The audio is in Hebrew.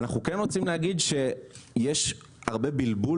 אנחנו כן רוצים להגיד שיש הרבה בלבול